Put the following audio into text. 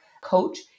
coach